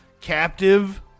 captive